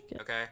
okay